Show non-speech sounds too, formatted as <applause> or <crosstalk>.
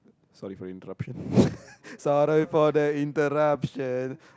sorry for interruption <laughs> sorry for the interruption